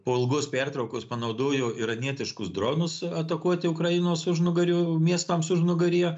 po ilgos pertraukos panaudojo iranietiškus dronus atakuoti ukrainos užnugario miestams užnugaryje